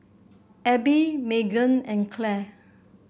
Abby Meagan and Clell